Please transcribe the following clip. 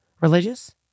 religious